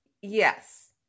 yes